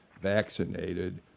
vaccinated